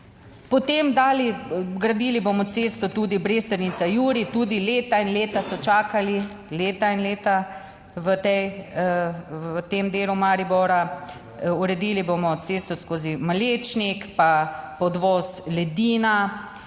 Potem gradili bomo cesto tudi Brestanica-Jurij, tudi leta in leta so čakali, leta in leta v tem delu Maribora, uredili bomo cesto skozi Malečnik pa podvoz Ledina.